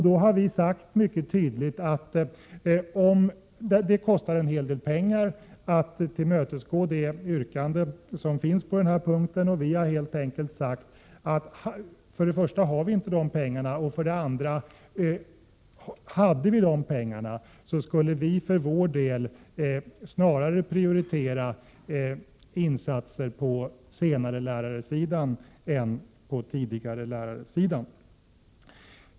Vi har sagt mycket tydligt att det kostar en hel del pengar att tillmötesgå det yrkande som finns på den här punkten. Vidare har vi sagt: För det första har vi inte de pengarna, och för det andra skulle vi för vår del, om vi hade de pengarna, snarare prioritera insatser på senarelärarsidan än på tidigarelärarsidan.